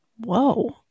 Whoa